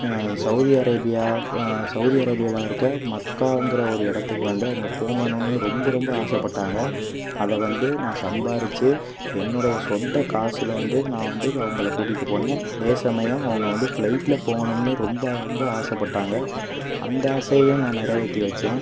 Saudi Arabia Saudi அரேபியாவில் இருக்கற மக்காங்கிற ஒரு இடத்துக்கு வந்து அவங்கள் போகணும்னு ரொம்ப ரொம்ப ஆசைப்பட்டாங்க அதை வந்து நான் சம்பாதிச்சி என்னுடைய சொந்த காசில் வந்து நான் வந்து அவங்களை கூட்டிட்டு போனேன் அதே சமயம் அவங்க வந்து ஃப்ளைட்டில் போகணும்னு ரொம்ப ரொம்ப ஆசைப்பட்டாங்க அந்த ஆசையையும் நான் நிறவேத்தி வச்சேன்